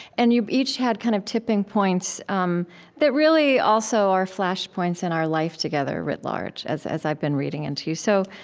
and you've each had kind of tipping points um that really also are flashpoints in our life together, writ large, as as i've been reading into you. so